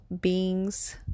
beings